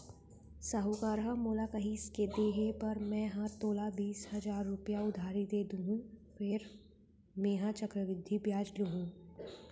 साहूकार ह मोला कहिस के देहे बर मैं हर तोला बीस हजार रूपया उधारी दे देहॅूं फेर मेंहा चक्रबृद्धि बियाल लुहूं